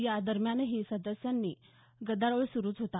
या दरम्यानही सदस्यांचा गदारोळ सुरूच होता